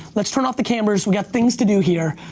let's turn off the cameras, we got things to do here.